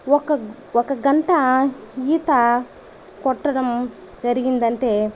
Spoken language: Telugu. ఒక ఒక గంట ఈత కొట్టడం జరిగిందంటే